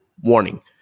Warning